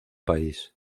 país